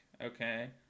okay